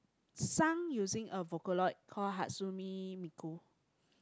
Sang using a Vocaloid called Hardzumimikul